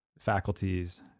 faculties